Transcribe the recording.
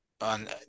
on